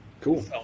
cool